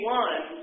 one